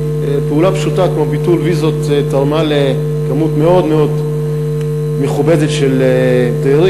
פעולה פשוטה כמו ביטול ויזות תרמה לכמות מאוד מאוד מכובדת של תיירים,